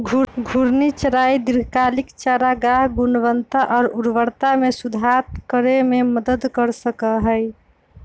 घूर्णी चराई दीर्घकालिक चारागाह गुणवत्ता और उर्वरता में सुधार करे में मदद कर सका हई